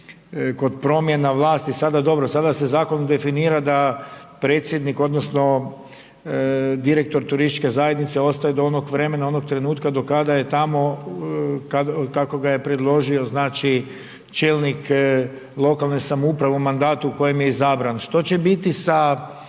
kod promjena vlasti, dobro sada se zakonom definira da predsjednik odnosno direktor turističke zajednice ostaje do onog vremena onog trenutka do kada je tamo, kako ga je predložio znači čelnik lokalne samouprave u mandatu u kojem je izabra. Što će biti sa